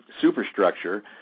superstructure